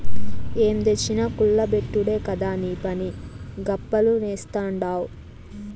ఏం తెచ్చినా కుల్ల బెట్టుడే కదా నీపని, గప్పాలు నేస్తాడావ్